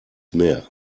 mehr